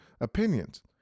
opinions